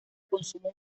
consumo